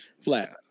Flat